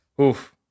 Oof